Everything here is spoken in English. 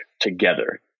together